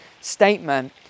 statement